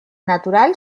natural